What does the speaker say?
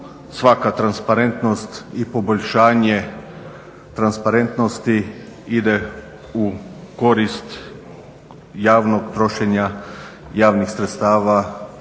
svaka transparentnost i poboljšanje transparentnosti ide u korist javnog trošenja javnih sredstava